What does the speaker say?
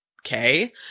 okay